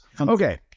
Okay